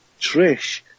Trish